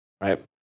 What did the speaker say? right